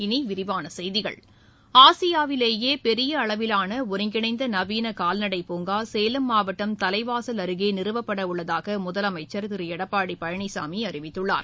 இனி விரிவான செய்கிகள் ஆசியாவிலேயே பெரிய அளவிலான ஒருங்கிணைந்த நவீன கால்நடை பூங்கா சேலம் மாவட்டம் தலைவாசல் அருகே நிறுவப்பட உள்ளதாக முதலமைச்சர் திரு எடப்பாடி பழனிசாமி அறிவித்துள்ளார்